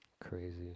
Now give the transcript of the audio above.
Crazy